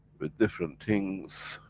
with different things,